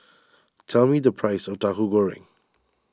tell me the price of Tahu Goreng